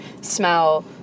smell